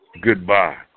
Goodbye